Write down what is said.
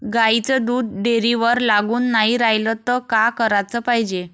गाईचं दूध डेअरीवर लागून नाई रायलं त का कराच पायजे?